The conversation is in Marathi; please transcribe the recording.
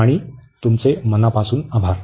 आणि तुमचे मनापासून आभार